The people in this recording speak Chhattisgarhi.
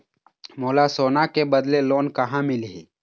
मोला सोना के बदले लोन कहां मिलही?